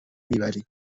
میبریم